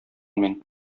мин